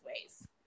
ways